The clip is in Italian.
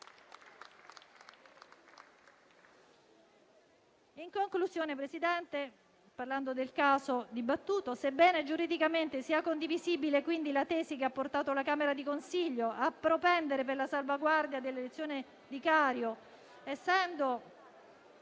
In conclusione, Presidente, parlando del caso dibattuto, sebbene giuridicamente sia condivisibile la tesi che ha portato la camera di consiglio a propendere per la salvaguardia dell'elezione del senatore